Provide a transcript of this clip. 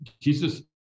Jesus